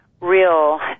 real